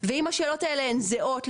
ואם השאלות האלה הן זהות,